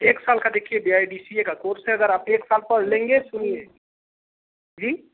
एक साल का देखिये भैया ये डी सी ए का कोर्स है अगर आप एक साल पढ़ लेंगे सुनिये जी